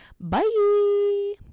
bye